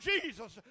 Jesus